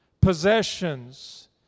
possessions